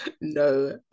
no